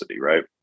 right